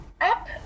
app